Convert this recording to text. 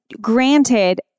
Granted